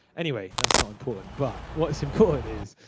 anyway, that's not important. but what's important is,